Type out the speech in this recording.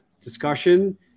discussion